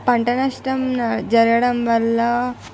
పంట నష్టం జరగడం వల్ల